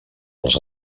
els